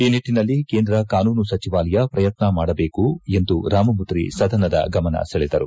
ಈ ನಿಟ್ಟನಲ್ಲಿ ಕೇಂದ್ರ ಕಾನೂನು ಸಚವಾಲಯ ಪ್ರಯತ್ನ ಮಾಡಬೇಕು ಎಂದು ರಾಮಮೂರ್ತಿ ಸದನದ ಗಮನ ಸೆಳೆದರು